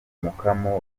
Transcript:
umukamo